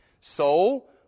Soul